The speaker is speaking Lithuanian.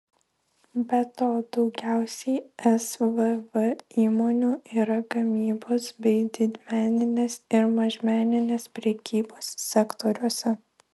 be to daugiausiai svv įmonių yra gamybos bei didmeninės ir mažmeninės prekybos sektoriuose